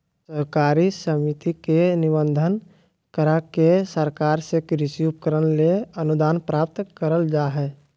सहकारी समिति के निबंधन, करा के सरकार से कृषि उपकरण ले अनुदान प्राप्त करल जा हई